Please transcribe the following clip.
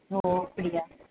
ஓ அப்படியா